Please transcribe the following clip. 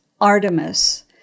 Artemis